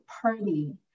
party